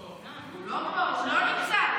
הוא לא נמצא.